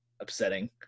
upsetting